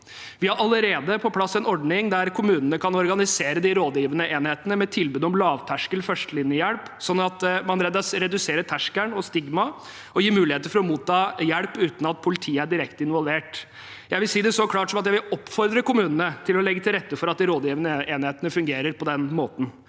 Vi har allerede på plass en ordning der kommunene kan organisere de rådgivende enhetene med tilbud om lavterskel førstelinjehjelp, slik at man reduserer terskelen og stigmaet og gir muligheter for å motta hjelp uten at politiet er direkte involvert. Jeg vil si det så klart som at jeg vil oppfordre kommunene til å legge til rette for at de rådgivende enhetene fungerer på den måten.